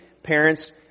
Parents